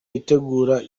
itegura